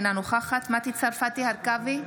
אינה נוכחת מטי צרפתי הרכבי,